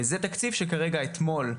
זה תקציב שכרגע אתמול,